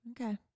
okay